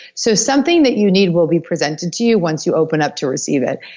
so something that you need will be presented to you once you open up to receive it.